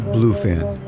Bluefin